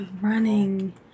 running